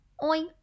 Oink